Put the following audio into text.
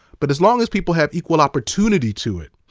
but as long as people have equal opportunity to it,